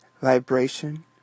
vibration